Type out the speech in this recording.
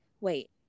wait